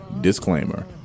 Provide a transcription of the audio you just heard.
Disclaimer